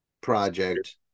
project